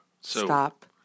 Stop